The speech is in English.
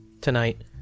tonight